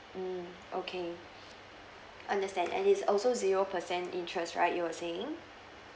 mm okay understand and is also zero percent interest right you were saying